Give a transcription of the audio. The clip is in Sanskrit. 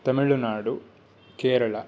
तमिलुनाडु केरला